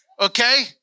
Okay